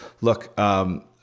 look